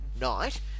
night